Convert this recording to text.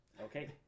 Okay